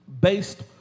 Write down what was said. based